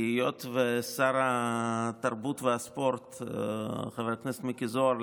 היות ששר התרבות והספורט חבר הכנסת מיקי זוהר,